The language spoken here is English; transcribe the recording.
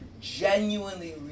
genuinely